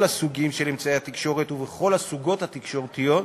הסוגים של אמצעי התקשורת ובכל הסוגות התקשורתיות,